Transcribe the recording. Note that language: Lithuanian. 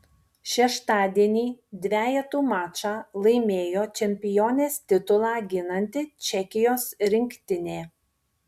šeštadienį dvejetų mačą laimėjo čempionės titulą ginanti čekijos rinktinė